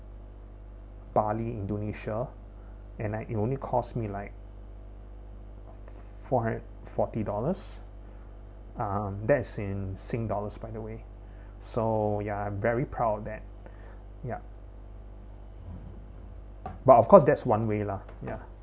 bali indonesia and I it only cost me like four hundred forty dollars um that's in sing dollars by the way so ya I'm very proud that yup but of course that's one way lah ya